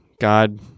God